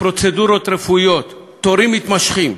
לפרוצדורות רפואיות, תורים מתמשכים.